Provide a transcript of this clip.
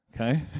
Okay